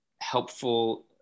helpful